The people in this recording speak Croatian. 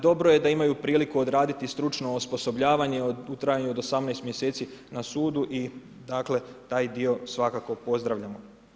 Dobro je da imaju priliku odraditi stručno osposobljavanje u trajanju od 18 mj. na sudu i dakle, taj dio svakako pozdravljam.